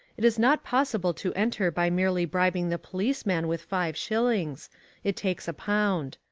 it is not possible to enter by merely bribing the policeman with five shillings it takes a pound.